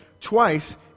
twice